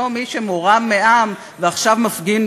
ישראל לאוליגרכיית גז שמחזיקה בכוח כלכלי ופוליטי אדיר,